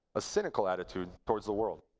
a cynical attitude towards the world.